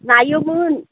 नायोमोन